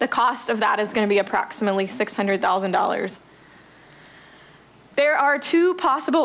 the cost of that is going to be approximately six hundred thousand dollars there are two possible